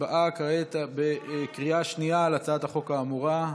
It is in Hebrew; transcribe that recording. הצבעה כעת, בקריאה שנייה, על הצעת החוק האמורה.